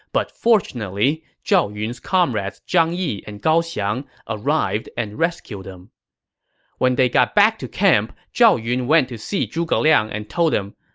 but fortunately, zhao yun's comrades zhang yi and gao xiang arrived and rescued him when he got back to camp, zhao yun went to see zhuge liang and told him,